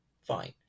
Fine